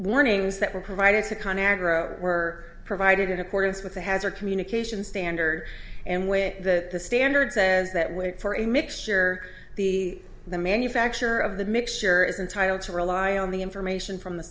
warnings that were provided to con agra were provided in accordance with the hazar communications standard and when the the standard says that wait for a mixture the the manufacturer of the mixture is entitled to rely on the information from the